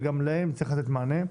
וגם להם צריך לתת מענה.